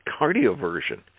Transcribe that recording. cardioversion